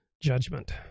judgment